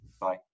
Bye